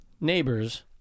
Neighbors